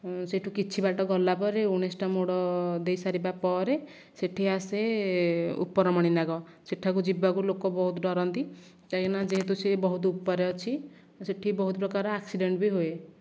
ସେଇଠୁ କିଛି ବାଟ ଗଲା ପରେ ଉଣେଇଶଟା ମୋଡ଼ ଦେଇସାରିବା ପରେ ସେଇଠି ଆସେ ଉପର ମଣିନାଗ ସେହି ଠାକୁ ଯିବାକୁ ଲୋକ ବହୁତ ଡ଼ରନ୍ତି କାହିଁକିନା ଯେହେତୁ ସିଏ ବହୁତ ଉପରେ ଅଛି ସେଇଠି ବହୁତ ପ୍ରକାର ଆକ୍ସିଡେଣ୍ଟ ବି ହୁଏ